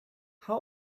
how